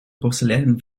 porseleinen